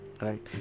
right